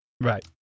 right